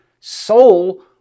soul